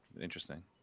Interesting